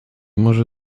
może